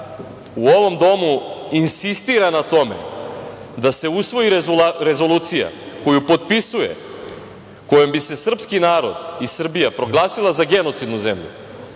u ovom domu insistira na tome da se usvoji rezolucija, koju potpisuje, kojom bi se srpski narod i Srbija proglasila za genocidnu zemlju,